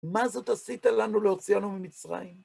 מה זאת עשית לנו להוציאנו ממצרים?